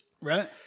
Right